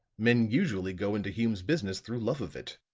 men usually go into hume's business through love of it.